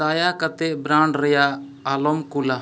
ᱫᱟᱭᱟ ᱠᱟᱛᱮᱫ ᱵᱨᱟᱱᱰ ᱨᱮᱭᱟᱜ ᱟᱞᱚᱢ ᱠᱩᱞᱟ